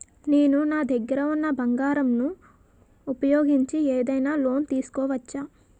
నేను నా దగ్గర ఉన్న బంగారం ను ఉపయోగించి ఏదైనా లోన్ తీసుకోవచ్చా?